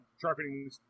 sharpening